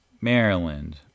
Maryland